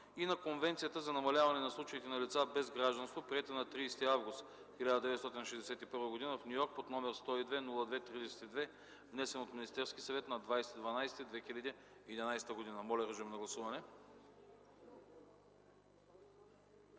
и на Конвенцията за намаляване на случаите на лица без гражданство, приета на 30 август 1961 г., в Ню Йорк, № 102-02-32, внесен от Министерския съвет на 20 декември 2011 г. Моля режим на гласуване.